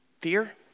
Fear